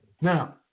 Now